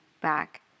back